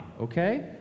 okay